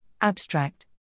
Abstract